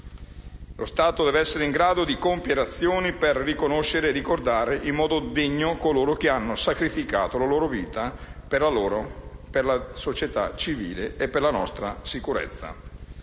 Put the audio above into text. Lo Stato deve essere in grado di compiere azioni per riconoscere e ricordare in modo degno quanti hanno sacrificato la loro vita per la società civile e per la nostra sicurezza.